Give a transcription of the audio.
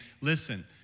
listen